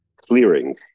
clearing